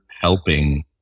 helping